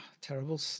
Terrible